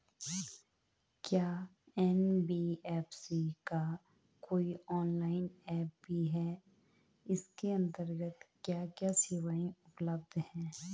क्या एन.बी.एफ.सी का कोई ऑनलाइन ऐप भी है इसके अन्तर्गत क्या क्या सेवाएँ उपलब्ध हैं?